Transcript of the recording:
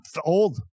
old